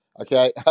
Okay